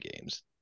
games